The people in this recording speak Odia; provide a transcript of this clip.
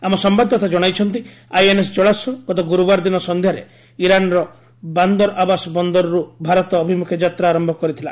ଆମ ସମ୍ଭାଦଦାତା ଜଣାଇଛନ୍ତି ଆଇଏନ୍ଏସ୍ ଜଳାସ୍ୱ ଗତ ଗୁରୁବାର ଦିନ ସନ୍ଧ୍ୟାରେ ଇରାନ୍ର ବାନ୍ଦର ଆବାସ ବନ୍ଦରରୁ ଭାରତ ଅଭିମୁଖେ ଯାତ୍ରା ଆରମ୍ଭ କରିଥିଲା